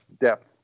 depth